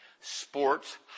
sports